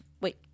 wait